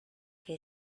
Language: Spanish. que